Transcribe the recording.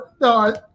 no